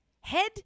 head